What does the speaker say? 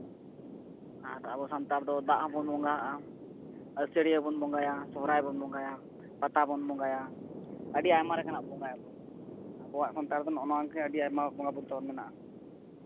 ᱟᱫᱚ ᱟᱵᱚ ᱥᱟᱱᱛᱟᱲ ᱫᱚ ᱫᱟᱜ ᱦᱚᱸᱵᱚᱱ ᱵᱚᱸᱜᱟ ᱟᱜᱼᱟ ᱟᱹᱥᱟᱹᱲᱤᱭᱟᱹ ᱵᱚᱱ ᱵᱚᱸᱜᱟᱭᱟ ᱥᱚᱦᱚᱨᱟᱭ ᱵᱚᱱ ᱵᱚᱸᱜᱟᱭᱟ ᱯᱟᱛᱟ ᱵᱚᱱ ᱵᱚᱸᱜᱟᱭᱟ ᱟᱹᱰᱤ ᱟᱭᱢᱟ ᱞᱮᱠᱟᱱᱟᱜ ᱵᱚᱸᱜᱟᱭᱟᱵᱚᱱ ᱟᱵᱚᱣᱟᱜ ᱥᱟᱶᱛᱟ ᱨᱮᱫᱚ ᱱᱚᱜᱼᱚ ᱱᱚᱣᱟᱜᱮ ᱟᱹᱰᱤ ᱟᱭᱢᱟ ᱵᱚᱸᱜᱟᱼᱵᱩᱨᱩ ᱛᱟᱵᱚᱱ ᱢᱮᱱᱟᱜᱼᱟ